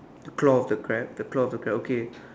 the claw of the crab the claw of the crab okay